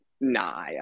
Nah